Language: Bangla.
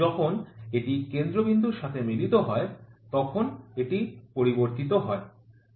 যখন এটি কেন্দ্র বিন্দুর সাথে মিলিত হয় তখন এটি পরিবর্তিত হয়